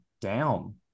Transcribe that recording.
down